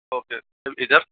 okay अब इधर